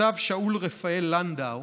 כתב שאול רפאל לנדאו,